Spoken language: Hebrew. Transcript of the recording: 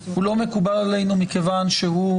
הוא לא מקובל עלינו מכיוון שהוא